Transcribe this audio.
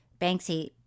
banksy